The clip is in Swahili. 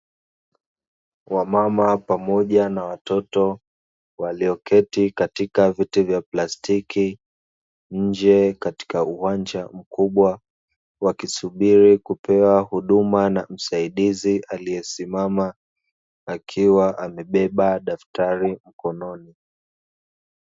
Wamama pamoja na watoto walioketi katika viti vya plastiki nje katika uwanja mkubwa, wakisubiri kupewa huduma na msaidizi aliyesimama akiwa amebeba daftari mkononi.